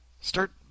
start